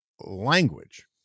language